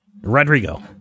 Rodrigo